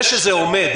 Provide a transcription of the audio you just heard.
זה שזה עומד,